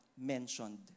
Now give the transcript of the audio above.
mentioned